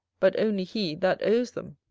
but only he that owes them.